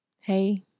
Hey